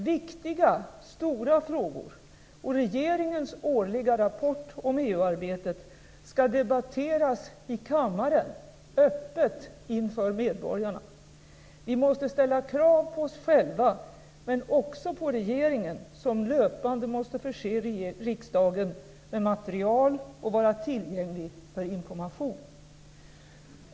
Viktiga, stora frågor och regeringens årliga rapport om EU-arbetet skall debatteras i kammaren - öppet inför medborgarna. Vi måste ställa krav på oss själva men också på regeringen, som löpande måste förse riksdagen med material och vara tillgänglig för information.